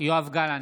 יואב גלנט,